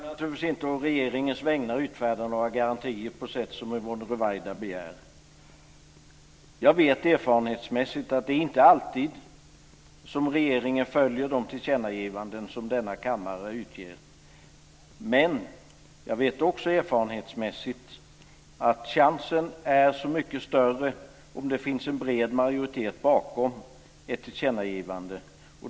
Fru talman! Jag kan naturligtvis å regeringens vägnar inte utfärda några garantier på det sätt som Yvonne Ruwaida begär. Jag vet erfarenhetsmässigt att det inte är alltid som regeringen följer de tillkännagivanden som denna kammare utger. Men jag vet också erfarenhetsmässigt att chansen är så mycket större om det finns en bred majoritet bakom ett tillkännagivande.